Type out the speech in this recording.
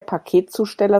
paketzusteller